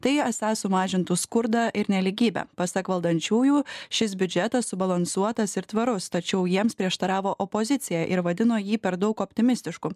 tai esą sumažintų skurdą ir nelygybę pasak valdančiųjų šis biudžetas subalansuotas ir tvarus tačiau jiems prieštaravo opozicija ir vadino jį per daug optimistišku